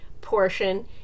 portion